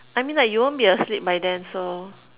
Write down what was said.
I mean like you won't be asleep by then so